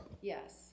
Yes